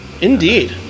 Indeed